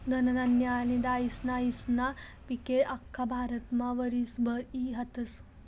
धनधान्य आनी दायीसायीस्ना पिके आख्खा भारतमा वरीसभर ई हातस